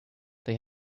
they